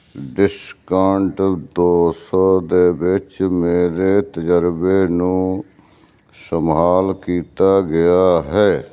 discount ਦੋ ਸੌ ਦੇ ਵਿੱਚ ਮੇਰੇ ਤਜ਼ਰਬੇ ਨੂੰ ਇਸਤੇਮਾਲ ਕੀਤਾ ਗਿਆ ਹੈ